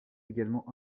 également